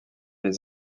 les